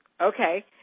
okay